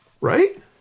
Right